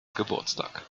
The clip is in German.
geburtstag